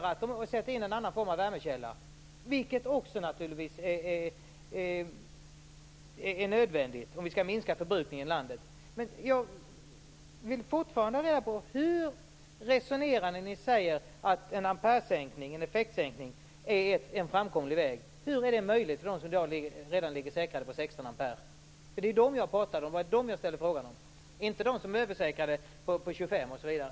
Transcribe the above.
De kan annars sätta in en annan värmekälla, vilket naturligtvis också är nödvändigt om vi skall kunna minska förbrukningen i landet. Jag vill fortfarande få reda på hur ni resonerar när ni säger att en effektsänkning är en framkomlig väg. Hur är det möjligt för dem som redan i dag ligger säkrade på 16 ampere? Det var dem jag ställde frågan om och inte de som är översäkrade på 25 ampere.